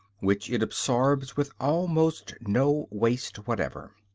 which it absorbs with almost no waste whatever.